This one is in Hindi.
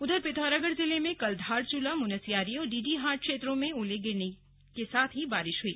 उधर पिथौरागढ़ जिले में कल धारचूला मुनस्यारी और डीडीहाट क्षेत्रों में ओले गिरने के साथ बारिश हुई